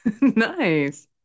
Nice